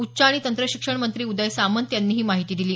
उच्च आणि तंत्रशिक्षण मंत्री उदय सामंत यांनी ही माहिती दिली